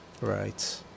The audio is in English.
right